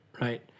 right